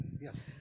Yes